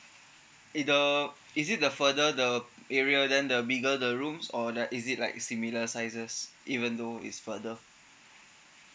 it the is it the further the area then the bigger the rooms or that is it like similar sizes even though is further